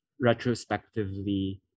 retrospectively